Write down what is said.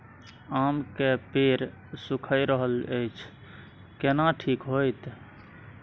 आम के पेड़ सुइख रहल एछ केना ठीक होतय?